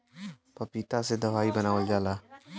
पपीता से दवाई बनावल जाला